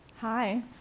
Hi